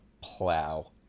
plow